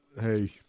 Hey